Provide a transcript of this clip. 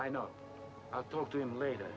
i know i'll talk to him later